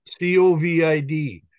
COVID